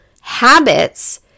habits